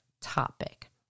topic